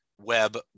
Web